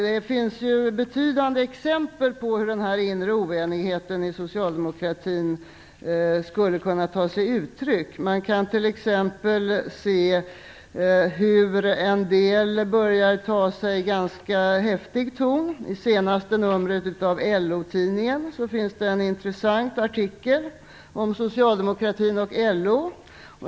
Det finns betydande exempel på hur den inre oenigheten bland socialdemokraterna skulle kunna ta sig uttryck. Man kan t.ex. se att en del börjar ta sig en ganska häftig ton. I senaste numret av LO-tidningen finns det en intressant artikel om socialdemokratin och LO.